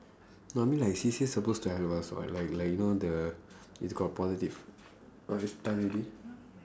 no I mean like she's just supposed to have a like like you know the if got politics oh it's done already